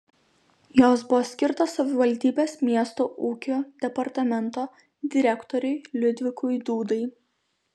jos buvo skirtos savivaldybės miesto ūkio departamento direktoriui liudvikui dūdai